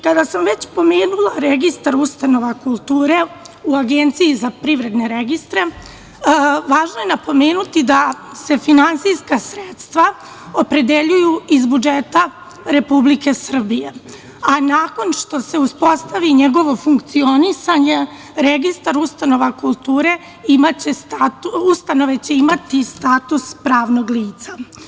Kada sam već pomenula registar ustanova kulture u APR, važno je napomenuti da se finansijska sredstva opredeljuju iz budžeta Republike Srbije, a nakon što se uspostavi njegovo funkcionisanje, registar ustanova kulture, ustanove će imati status pravnog lica.